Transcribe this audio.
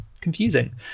Confusing